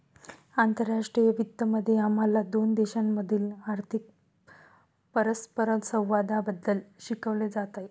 आंतरराष्ट्रीय वित्त मध्ये आम्हाला दोन देशांमधील आर्थिक परस्परसंवादाबद्दल शिकवले जाते